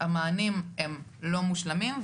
המענים הם לא מושלמים,